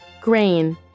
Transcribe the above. Grain